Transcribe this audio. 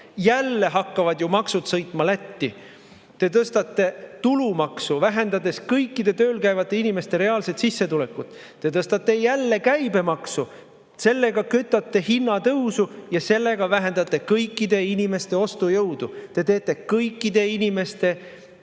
Jälle hakkavad ju maksud sõitma Lätti. Te tõstate tulumaksu, vähendades kõikide tööl käivate inimeste reaalset sissetulekut. Te tõstate jälle käibemaksu, sellega kütate hinnatõusu ja vähendate kõikide inimeste ostujõudu. Te teete kõikide inimeste